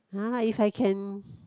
[huh] if I can